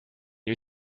you